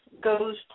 goes